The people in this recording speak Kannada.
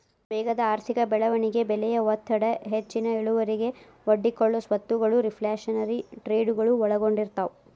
ವೇಗದ ಆರ್ಥಿಕ ಬೆಳವಣಿಗೆ ಬೆಲೆಯ ಒತ್ತಡ ಹೆಚ್ಚಿನ ಇಳುವರಿಗೆ ಒಡ್ಡಿಕೊಳ್ಳೊ ಸ್ವತ್ತಗಳು ರಿಫ್ಲ್ಯಾಶನರಿ ಟ್ರೇಡಗಳು ಒಳಗೊಂಡಿರ್ತವ